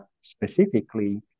specifically